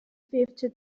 fifty